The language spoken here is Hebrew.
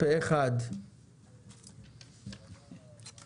הצבעה אושר.